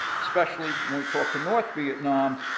especially when we talk to north vietnam,